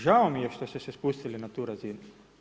Žao mi je što ste se spustili na tu razinu.